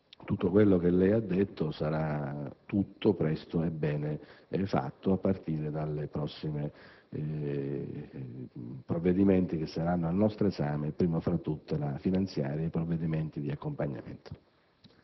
tutto quel che lei ha detto sia tutto, presto e bene, realizzato a partire dai prossimi provvedimenti che saranno al nostro esame, prima tra tutte la legge finanziaria e i provvedimenti collegati.